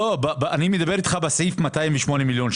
אני מדבר בסעיף של ה-208 מיליון שקל.